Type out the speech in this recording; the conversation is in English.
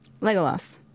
Legolas